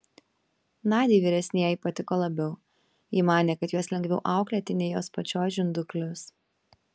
nadiai vyresnieji patiko labiau ji manė kad juos lengviau auklėti nei jos pačios žinduklius